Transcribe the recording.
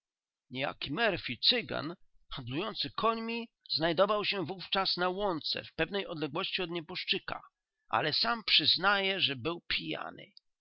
cygan handlujący końmi znajdował się wówczas na łące w pewnej odległości od nieboszczyka ale sam przyznaje że był pijany